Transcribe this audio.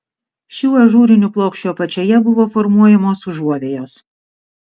šių ažūrinių plokščių apačioje buvo formuojamos užuovėjos